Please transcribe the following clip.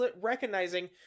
recognizing